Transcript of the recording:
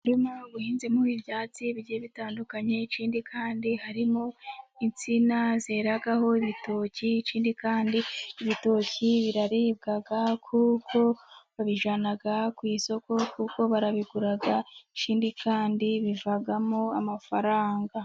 Umurima uhinzemo ibyatsi bigiye bitandukanye, ikindi kandi harimo insina zeraho ibitoki, ikindi kandi ibitoki biraribwa kuko babijyana ku isoko, kuko barabigura ikindi kandi bivamo amafaranga.